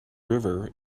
river